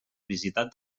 visitat